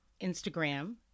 Instagram